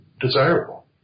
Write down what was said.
desirable